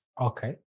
Okay